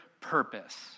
purpose